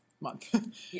month